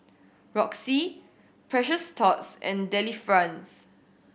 Roxy Precious Thots and Delifrance